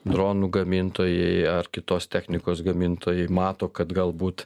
dronų gamintojai ar kitos technikos gamintojai mato kad galbūt